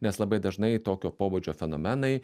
nes labai dažnai tokio pobūdžio fenomenai